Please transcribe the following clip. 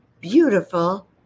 beautiful